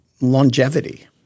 longevity